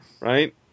right